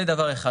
זה דבר אחד.